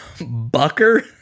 Bucker